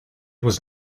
was